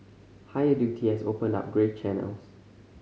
higher duty has opened up grey channels